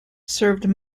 served